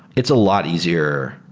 it's a lot easier.